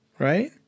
Right